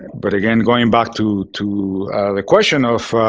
and but again, going back to to the question of